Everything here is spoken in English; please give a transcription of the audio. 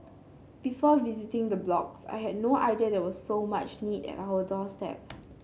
before visiting the blocks I had no idea there was so much need at our doorstep